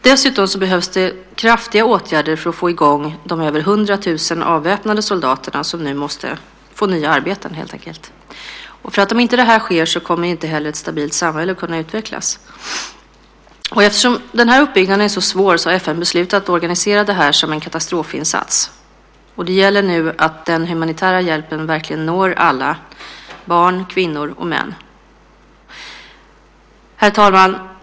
Det behövs också kraftiga åtgärder för att få i gång de över 100 000 avväpnade soldater som nu helt enkelt måste få nya arbeten. Om inte detta sker kommer inte heller ett stabilt samhälle att kunna utvecklas. Eftersom denna uppbyggnad är så svår har FN beslutat att organisera detta som en katastrofinsats. Det gäller nu att den humanitära hjälpen verkligen når alla - barn, kvinnor och män. Herr talman!